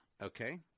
Okay